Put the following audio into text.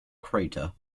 crater